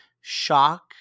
shock